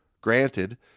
Granted